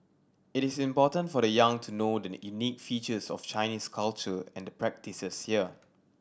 it is important for the young to know the unique features of Chinese culture and the practises here